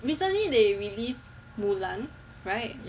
recently they released Mulan right